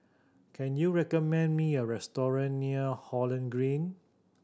can you recommend me a restaurant near Holland Green